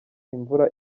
imvura